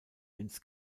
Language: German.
ins